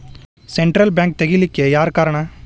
Central bank ತಗಿಲಿಕ್ಕೆಯಾರ್ ಕಾರಣಾ?